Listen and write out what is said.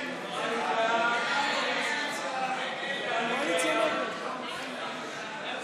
הצעת סיעת יש עתיד-תל"ם להביע